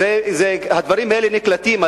הדברים האלה נקלטים,